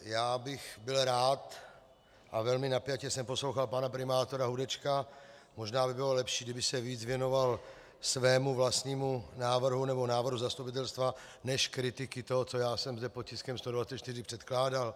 Já bych byl rád, a velmi napjatě jsem poslouchal pana primátora Hudečka, možná by bylo lepší, kdyby se více věnoval svému vlastnímu návrhu nebo návrhu zastupitelstva než kritice toho, co jsem zde pod tiskem 124 předkládal.